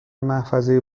محفظه